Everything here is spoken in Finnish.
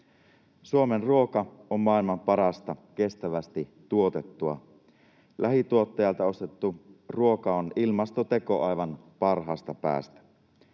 Suomen ruoka on maailman parasta, kestävästi tuotettua. Lähituottajalta ostettu ruoka on ilmastoteko aivan parhaasta päästä.